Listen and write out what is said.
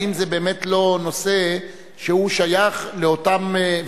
האם זה באמת לא נושא שהוא שייך לאותם,